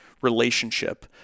Relationship